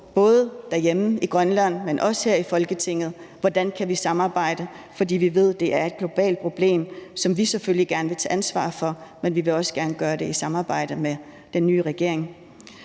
både derhjemme i Grønland, men også her i Folketinget kigger på, hvordan vi kan samarbejde, for vi ved, at det er et globalt problem, som vi selvfølgelig gerne vil tage ansvar for at gøre noget ved, men vi vil også gerne gøre det i samarbejde med den nye regering.